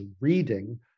reading